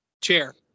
chair